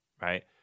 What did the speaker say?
right